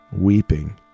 weeping